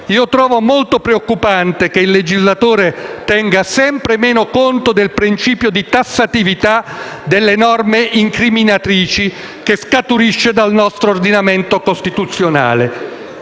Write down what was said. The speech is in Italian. trovo molto preoccupante che il legislatore tenga sempre meno conto del principio di tassatività delle norme incriminatrici che scaturisce dal nostro ordinamento costituzionale.